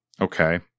Okay